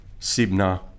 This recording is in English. Sibna